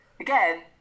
again